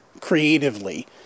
creatively